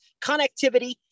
connectivity